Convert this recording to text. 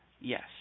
yes